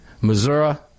Missouri